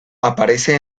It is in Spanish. aparece